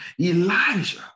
Elijah